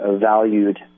valued